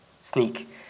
sneak